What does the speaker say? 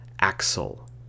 Axel